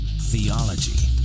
Theology